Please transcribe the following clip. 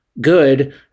good